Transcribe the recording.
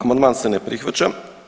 Amandman se ne prihvaća.